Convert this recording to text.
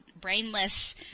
brainless